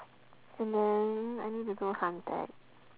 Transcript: and then I need to go suntec